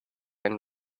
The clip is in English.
end